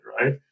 right